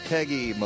Peggy